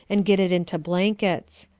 and get it into blankets.